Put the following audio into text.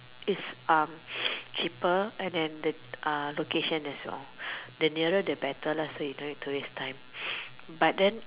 is um cheaper and then the location as well the nearer the better so you don't need to waste time but then